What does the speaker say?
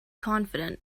confident